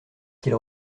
qu’il